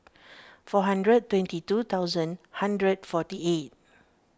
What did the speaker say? four hundred twenty two thousand hundred forty eight